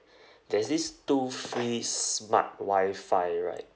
there's this two free smart wi-fi right